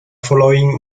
following